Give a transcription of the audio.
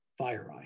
FireEye